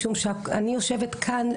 משום שאני יושבת כאן,